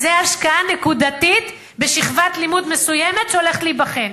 זו השקעה נקודתית בשכבת לימוד מסוימת שהולכת להיבחן.